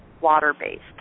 water-based